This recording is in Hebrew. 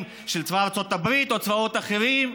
של צבא ארצות הברית או צבאות אחרים,